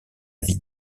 vie